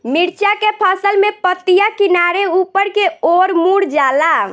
मिरचा के फसल में पतिया किनारे ऊपर के ओर मुड़ जाला?